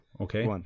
okay